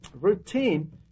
Routine